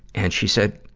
and she said,